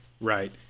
right